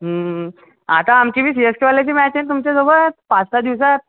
आता आमचीबी C S K वाल्याची म्याच आहे ना तुमच्यासोबत पाच सहा दिवसात